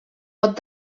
pot